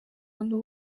abantu